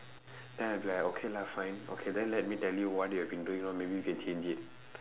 then I will be like okay lah fine okay then let me what you have been doing wrong maybe you can change it